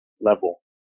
level